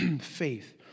faith